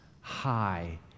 high